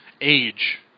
Age